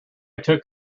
took